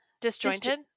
Disjointed